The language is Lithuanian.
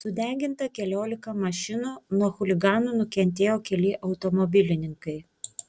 sudeginta keliolika mašinų nuo chuliganų nukentėjo keli automobilininkai